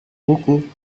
buku